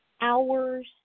hours